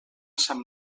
sant